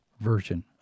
version